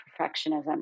perfectionism